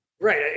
right